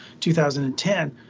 2010